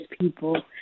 people